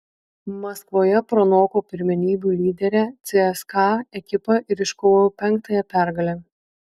maskvoje pranoko pirmenybių lyderę cska ekipą ir iškovojo penktąją pergalę